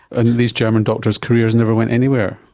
and these german doctors' careers never went anywhere?